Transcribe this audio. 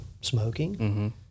Smoking